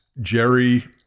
Jerry